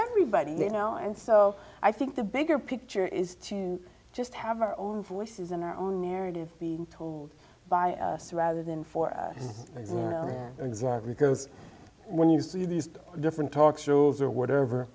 everybody you know and so i think the bigger picture is to just have our own voices and our own narrative being told by us rather than for us exactly because when you see these different talk shows or whatever